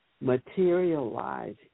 materialize